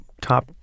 Top